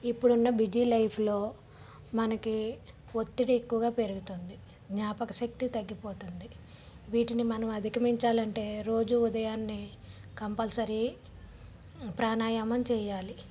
ఇప్పుడు ఉన్న బిజీ లైఫ్లో మనకి ఒత్తిడి ఎక్కువగా పెరుగుతుంది జ్ఞాపకశక్తి తగ్గిపోతుంది వీటిని మనం అధిగమించాలంటే రోజు ఉదయాన్నే కంపల్సరీ ప్రాణాయామం చేయాలి